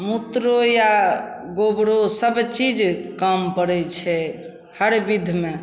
मूत्र या गोबरो सबचीज काम पड़ै छै हर बिधमे